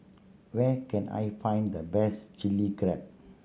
where can I find the best Chilli Crab